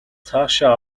цаашаа